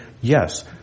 yes